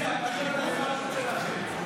נתקבל.